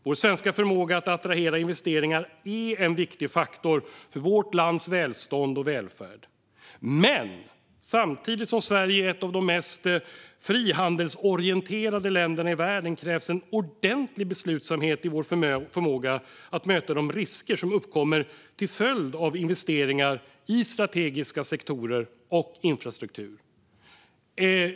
Vår svenska förmåga att attrahera investeringar är en viktig faktor för vårt lands välstånd och välfärd. Men samtidigt som Sverige är ett av de mest frihandelsorienterade länderna i världen krävs en ordentlig beslutsamhet i vår förmåga att möta de risker som uppkommer till följd av investeringar i strategiska sektorer och infrastruktur.